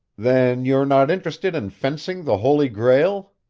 then you're not interested in fencing the holy grail?